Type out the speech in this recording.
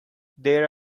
there